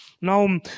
now